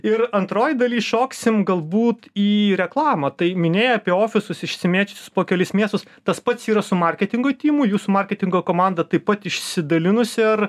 ir antroj daly šoksim galbūt į reklamą tai minėjai apie ofisus išsimėčiusius po kelis miestus tas pats yra su marketingo tymu jūsų marketingo komanda taip pat išsidalinusi ar